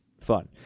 fun